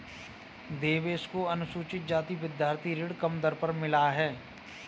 देवेश को अनुसूचित जाति विद्यार्थी ऋण कम दर पर मिला है